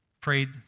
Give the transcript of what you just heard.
Prayed